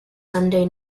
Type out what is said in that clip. sunday